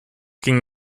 ging